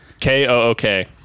K-O-O-K